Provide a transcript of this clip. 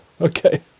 Okay